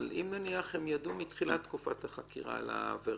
אבל אם נניח שהם ידעו מתחילת תקופת החקירה על העבירה,